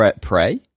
Prey